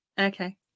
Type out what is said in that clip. okay